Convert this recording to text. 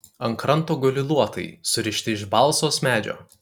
ant kranto guli luotai surišti iš balzos medžio